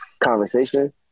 conversation